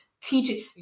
teaching